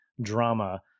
drama